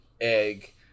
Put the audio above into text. egg